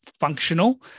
functional